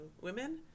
women